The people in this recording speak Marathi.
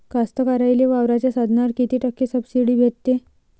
कास्तकाराइले वावराच्या साधनावर कीती टक्के सब्सिडी भेटते?